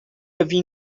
havia